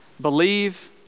believe